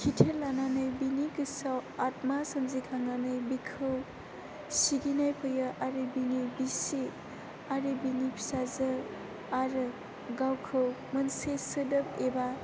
खिथेर लानानै बिनि गोसोआव आत्मा सोमजिखांनानै बिखौ सिगिनाय फैयो आरो बिनि बिसि आरो बिनि फिसाजो आरो गावखौ मोनसे सोदोब एबा